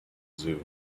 zoo